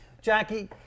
Jackie